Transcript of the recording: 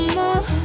more